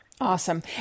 Awesome